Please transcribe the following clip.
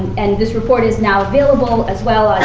and this report is now available, as well.